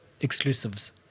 exclusives